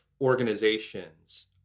organizations